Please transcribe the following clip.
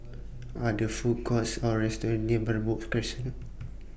Are There Food Courts Or restaurants near Merbok Crescent